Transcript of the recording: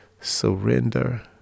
surrender